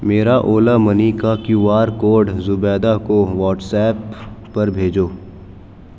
میرا اولا منی کا Q R code Zubaida کو واٹس ایپ پر بھیجو